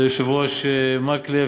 ליושב-ראש מקלב,